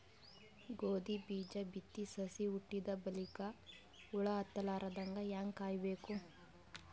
ಗೋಧಿ ಬೀಜ ಬಿತ್ತಿ ಸಸಿ ಹುಟ್ಟಿದ ಬಲಿಕ ಹುಳ ಹತ್ತಲಾರದಂಗ ಹೇಂಗ ಕಾಯಬೇಕು?